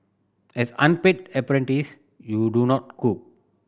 as unpaid apprentice you do not cook